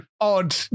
odd